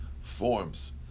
forms